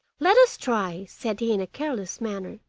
let us try said he in a careless manner,